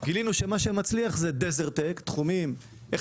גילינו שמה שמצליח זה Desert-Tech: איך